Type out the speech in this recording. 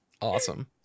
Awesome